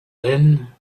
then